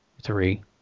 three